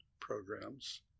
programs